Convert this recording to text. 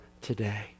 today